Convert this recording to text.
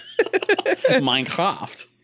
Minecraft